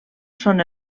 són